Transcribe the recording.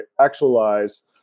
actualize –